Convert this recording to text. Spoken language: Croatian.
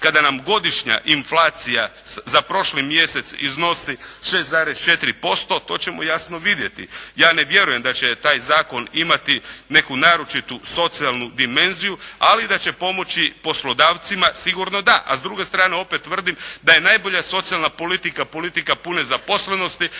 kada nam godišnja inflacija za prošli mjesec iznosi 6,4% to ćemo jasno vidjeti. Ja ne vjerujem da će taj zakon imati neku naročitu socijalnu dimenziju, ali da će pomoći poslodavcima sigurno da. A s druge strane opet tvrdim da je najbolja socijalna politika, politika pune zaposlenosti